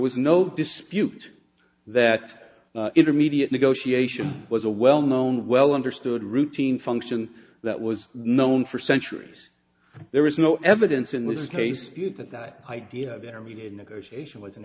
was no dispute that intermediate negotiation was a well known well understood routine function that was known for centuries there was no evidence in which case you thought that idea of there being a negotiation was an